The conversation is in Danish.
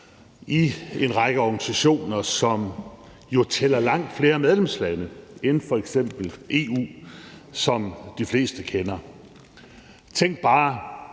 i en række organisationer, som jo tæller langt flere medlemslande end f.eks. EU, som de fleste kender. Tænk bare,